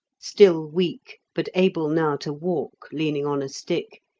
still weak, but able now to walk, leaning on a stick,